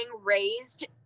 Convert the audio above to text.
raised